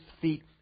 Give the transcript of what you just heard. feet